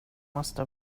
måste